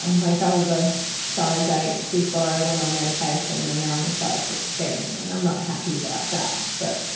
and like i was a size eight before i went on medication and now i'm um a size sixteen and i'm not happy about that. but